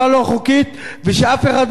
ושאף אחד לא יבין לא נכון,